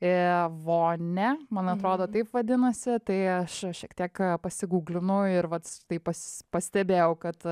vonia man atrodo taip vadinasi tai aš šiek tiek ir vat taip pastebėjau kad